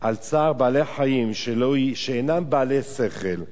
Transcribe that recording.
על צער בעלי-חיים, שאינם בעלי שכל,